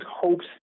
hopes